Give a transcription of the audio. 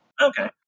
Okay